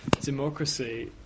democracy